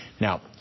Now